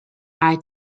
eye